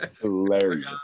hilarious